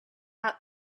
out